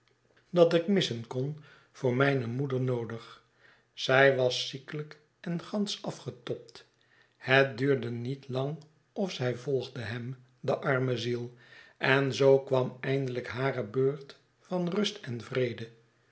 dat ik missen kon voor mijne moeder noodig zij was ziekelijk en gansch afgetobd het duurde niet langofzij volgdehem de arme ziel en zoo kwam eindelijk hare beurt van rust en vrede